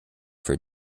for